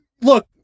Look